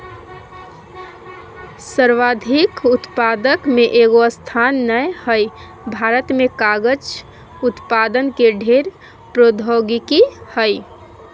सर्वाधिक उत्पादक में एगो स्थान नय हइ, भारत में कागज उत्पादन के ढेर प्रौद्योगिकी हइ